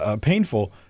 Painful